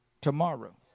tomorrow